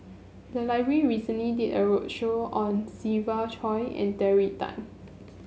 the library recently did a roadshow on Siva Choy and Terry Tan